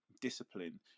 discipline